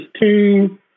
two